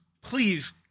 please